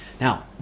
Now